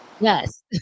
Yes